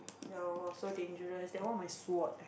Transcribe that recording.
ya lor so dangerous that one my sword leh